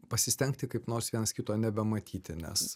pasistengti kaip nors vienas kito nebematyti nes